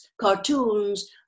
cartoons